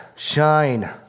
Shine